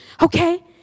Okay